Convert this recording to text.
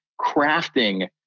crafting